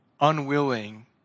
unwilling